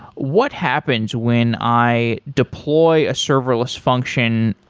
what happens when i deploy a serverless function,